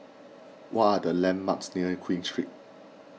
what are the landmarks near Queen Street